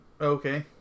Okay